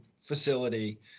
facility